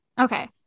Okay